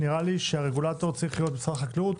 נראה לי שהרגולטור צריך להיות משרד החקלאות.